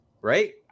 Right